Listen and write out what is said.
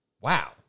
wow